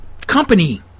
company